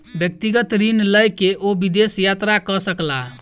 व्यक्तिगत ऋण लय के ओ विदेश यात्रा कय सकला